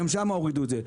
גם שם הורידו את זה.